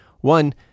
One